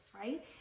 right